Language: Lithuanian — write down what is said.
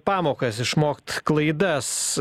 pamokas išmokt klaidas